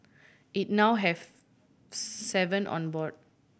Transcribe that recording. it now have seven on board